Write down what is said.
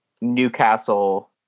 Newcastle